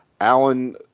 Alan